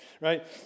right